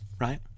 right